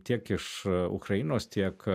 tiek iš ukrainos tiek